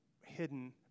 hidden